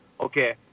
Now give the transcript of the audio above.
okay